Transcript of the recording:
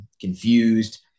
confused